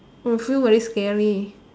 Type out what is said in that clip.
I will feel very scary